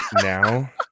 now